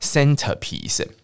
Centerpiece